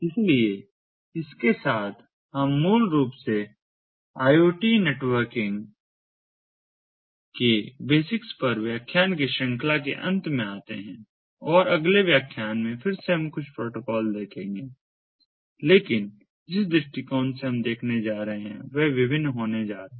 इसलिए इसके साथ हम मूल रूप से IoT नेटवर्किंग के बेसिक्स पर व्याख्यान की श्रृंखला के अंत में आते हैं और अगले व्याख्यान में फिर से हम कुछ प्रोटोकॉल देखेंगे लेकिन जिस दृष्टिकोण से हम देखने जा रहे हैं वह विभिन्न होने जा रहा है